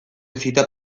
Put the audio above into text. zita